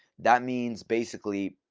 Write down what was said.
that means basically,